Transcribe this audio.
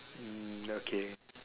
okay